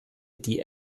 die